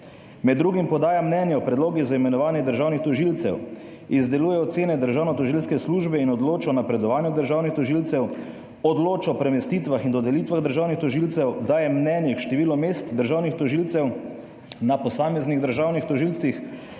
Med drugim podaja mnenje o predlogih za imenovanje državnih tožilcev, izdeluje ocene državnotožilske službe in odloča o napredovanju državnih tožilcev, odloča o premestitvah in dodelitvah državnih tožilcev, daje mnenje k številu mest državnih tožilcev na posameznih državnih tožilcih,